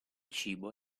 cibo